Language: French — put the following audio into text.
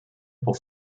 pour